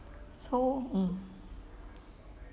so mm